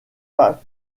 pas